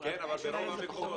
--- אבל יש חוק פיקוח.